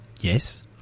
Yes